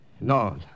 No